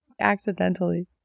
accidentally